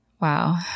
Wow